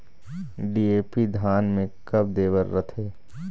DAP धान मे कब दे बर रथे?